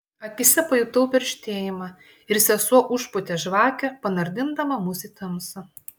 akyse pajutau perštėjimą ir sesuo užpūtė žvakę panardindama mus į tamsą